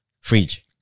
Fridge